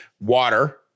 Water